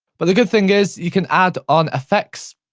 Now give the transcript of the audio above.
but the good thing is you can add on effects